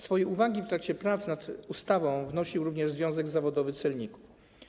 Swoje uwagi w trakcie prac nad ustawą wnosił również związek zawodowy celników.